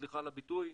סליחה על הביטוי,